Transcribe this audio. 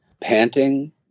panting